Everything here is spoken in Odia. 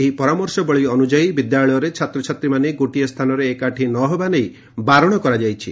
ଏହି ପରାମର୍ଶବଳୀ ଅନୁଯାୟୀ ବିଦ୍ୟାଳୟରେ ଛାତ୍ରଛାତ୍ରୀମାନେ ଗୋଟିଏ ସ୍ଥାନରେ ଏକାଠି ହେବା ନେଇ ବାରଣ କରାଯାଇଛି